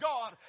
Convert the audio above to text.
God